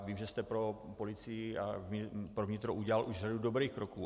Vím, že jste pro policii a pro vnitro udělal už řadu dobrých kroků.